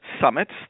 Summits